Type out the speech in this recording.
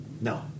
No